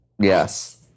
yes